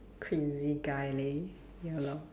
crazy guy leh ya lor